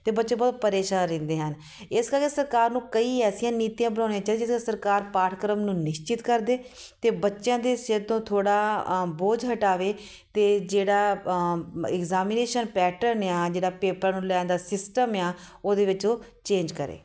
ਅਤੇ ਬੱਚੇ ਬਹੁਤ ਪ੍ਰੇਸ਼ਾਨ ਰਹਿੰਦੇ ਹਨ ਇਸ ਕਰਕੇ ਸਰਕਾਰ ਨੂੰ ਕਈ ਐਸੀਆਂ ਨੀਤੀਆਂ ਬਣਾਉਣੀਆਂ ਚਾਹੀਦੀਆਂ ਜਿਹਦੇ ਨਾਲ ਸਰਕਾਰ ਪਾਠਕ੍ਰਮ ਨੂੰ ਨਿਸ਼ਚਿਤ ਕਰਦੇ ਅਤੇ ਬੱਚਿਆਂ ਦੇ ਸਿਰ ਤੋਂ ਥੋੜ੍ਹਾ ਬੋਝ ਹਟਾਵੇ ਅਤੇ ਜਿਹੜਾ ਇਗਜਾਮੀਨੇਸ਼ਨ ਪੈਟਰਨ ਆ ਜਿਹੜਾ ਪੇਪਰ ਨੂੰ ਲੈਣ ਦਾ ਸਿਸਟਮ ਆ ਉਹਦੇ ਵਿੱਚ ਉਹ ਚੇਂਜ ਕਰੇ